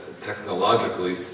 technologically